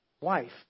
wife